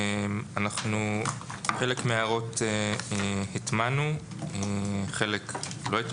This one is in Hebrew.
חלק מההערות הטמענו וחלק לא.